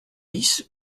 dix